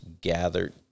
gathered